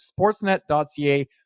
sportsnet.ca